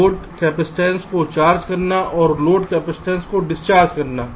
load capacitance को charge करना और लोड कैपेसिटेंस को डिस्चार्ज करना